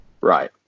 Right